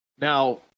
Now